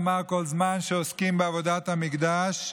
ואמר: כל זמן שעוסקים בעבודת המקדש,